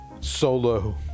solo